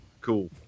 Cool